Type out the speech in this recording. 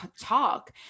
talk